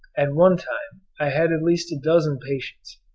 at one time i had at least a dozen patients,